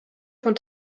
von